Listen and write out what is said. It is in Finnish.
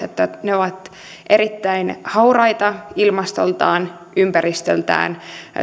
että ne ovat erittäin hauraita ilmastoltaan ja ympäristöltään